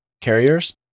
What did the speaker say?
carriers